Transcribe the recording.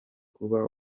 kuba